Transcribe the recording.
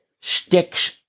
sticks